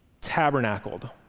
tabernacled